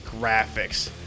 graphics